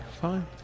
Fine